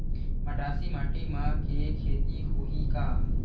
मटासी माटी म के खेती होही का?